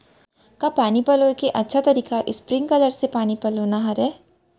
का पानी पलोय के अच्छा तरीका स्प्रिंगकलर से पानी पलोना हरय?